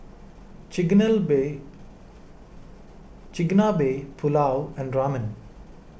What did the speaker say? Chigenabe Chigenabe Pulao and Ramen